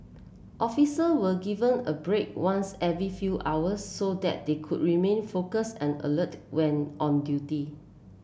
officer were given a break once every few hours so that they could remain focus and alert when on duty